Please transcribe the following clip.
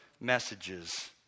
messages